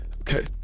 Okay